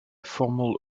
formal